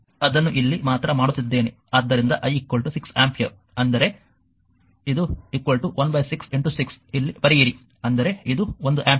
ಆದ್ದರಿಂದ I 6 ampere ಅಂದರೆ ಇದು 1 6 6 ಇಲ್ಲಿ ಬರೆಯಿರಿ ಅಂದರೆ ಇದು 1 ಆಂಪಿಯರ್